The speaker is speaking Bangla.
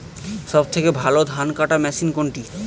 সবথেকে ভালো ধানকাটা মেশিন কোনটি?